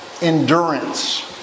endurance